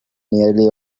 nearly